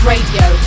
Radio